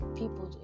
people